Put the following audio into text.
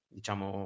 diciamo